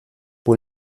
pour